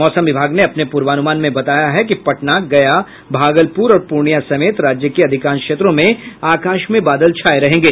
मौसम विभाग ने अपने पूर्वानुमान में बताया है कि पटना गया भागलपुर और पूर्णियां समेत राज्य के अधिकांश क्षेत्रों में आकाश में बादल छाये रहेंगे